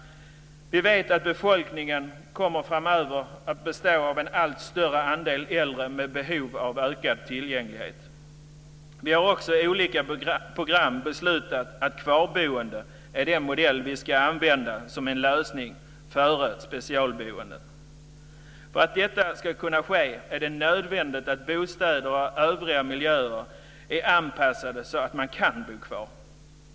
Vi vet att befolkningen framöver kommer att bestå av en allt större andel äldre med behov av ökad tillgänglighet. Vi har också i olika program beslutat att kvarboende är den modell som vi ska använda som en lösning före specialboenden. För att detta ska kunna ske är det nödvändigt att bostäder och övriga miljöer är anpassade så att man kan bo kvar.